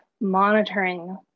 monitoring